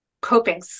coping